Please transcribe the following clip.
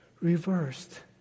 reversed